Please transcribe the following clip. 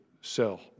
sell